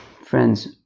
friends